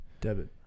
Debit